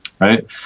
right